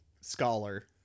scholar